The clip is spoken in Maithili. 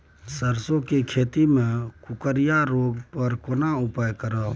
सरसो के खेती मे कुकुरिया रोग पर केना उपाय करब?